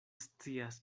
scias